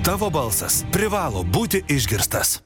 tavo balsas privalo būti išgirstas